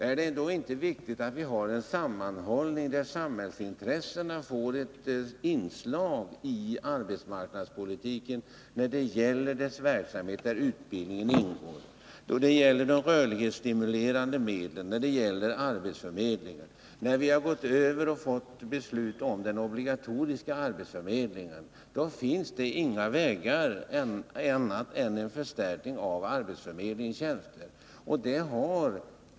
Är det då inte viktigt att vi har en sammanhållning, där samhällsintressena får utgöra ett inslag i arbetsmarknadspolitiken när det gäller sådan verksamhet där utbildning ingår, de rörlighetsstimulerande medlen och arbetsförmedlingen? När vi har fått beslut om en övergång till obligatorisk arbetsförmedling finns det inga andra vägar än en förstärkning av arbetsförmedlingens tjänster.